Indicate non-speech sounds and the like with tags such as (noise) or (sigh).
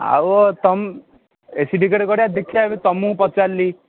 ଆଉ (unintelligible) ଏ C ticket କରିବା ଦେଖିବା ଏବେ ତୁମକୁ ପଚାରିଲି